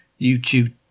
YouTube